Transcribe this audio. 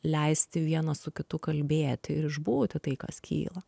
leisti vienas su kitu kalbėti ir išbūti tai kas kyla